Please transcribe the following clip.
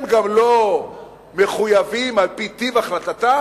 הם גם לא מחויבים, על-פי טיב החלטתם.